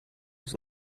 was